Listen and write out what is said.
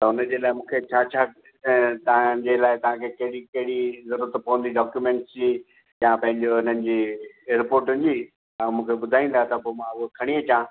त उनजे लाइ मूंखे छा छा ऐं तव्हांजे लाइ तव्हांखे कहिड़ी कहिड़ी जरुरत पवंदी डॉक्यूमेंटस जी या पंहिंजो इननि जी रिपोर्टियुन जी तव्हां मूंखे ॿुधाईंदा त पोइ मां हूअ खणी अचा